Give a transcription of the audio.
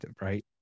right